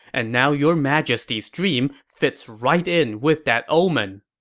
and now your majesty's dream fits right in with that omen.